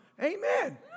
Amen